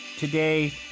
Today